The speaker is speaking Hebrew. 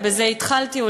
ובזה התחלתי,